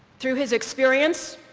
through his experience,